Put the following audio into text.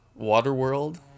Waterworld